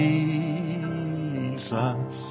Jesus